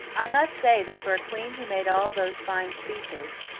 i must say that for a queen who made all those fine speeches,